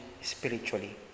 spiritually